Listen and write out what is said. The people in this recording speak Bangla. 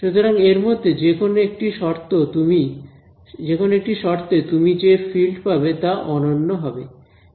সুতরাং এরমধ্যে যেকোনো একটি শর্তে তুমি যে ফিল্ড পাবে তা অনন্য হবে